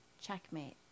Checkmate